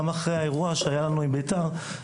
גם אחרי האירוע שהיה לנו עם בית"ר,